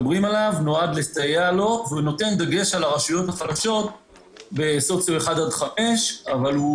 הוא נותן דגש על הרשויות החלשות אבל הוא